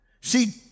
See